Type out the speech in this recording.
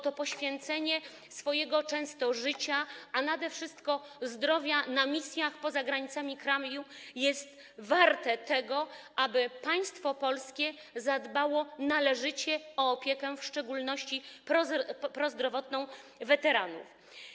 To poświęcenie często życia, a nade wszystko zdrowia na misjach poza granicami kraju jest warte tego, aby państwo polskie zadbało należycie o opiekę, w szczególności prozdrowotną, nad weteranami.